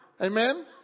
Amen